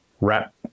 wrap